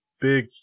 big